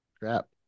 Crap